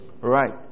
right